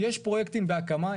יש פרויקטים בהקמה,